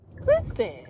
listen